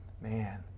Man